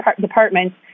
departments